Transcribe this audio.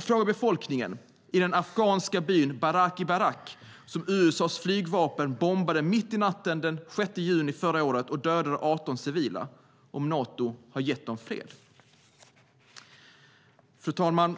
Fråga befolkningen i den afghanska byn Baraki Barak som USA:s flygvapen bombade mitt i natten den 6 juni förra året och dödade 18 civila om Nato har gett dem fred. Fru talman!